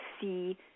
see